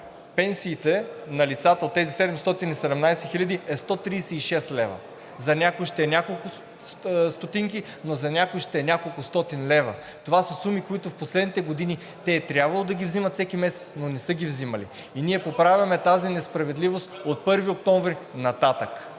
пенсиите на лицата – тези 717 хиляди, е 136 лв. За някои ще е няколко стотинки, но за други ще е няколкостотин лева. Това са суми, които в последните години те е трябвало да ги вземат всеки месец, но не са ги вземали. Ние поправяме тази несправедливост от 1 октомври нататък.